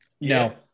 no